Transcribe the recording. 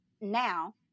now